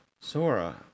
Sora